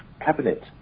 cabinet